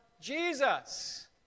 Jesus